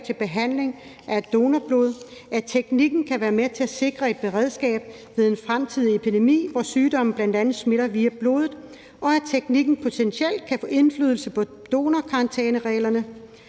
til behandling af donorblod, at teknikken kan være med til at sikre et beredskab ved en fremtidig epidemi, hvor sygdommen bl.a. smitter via blodet, og at teknikken potentielt kan få indflydelse på donorkarantænereglerne.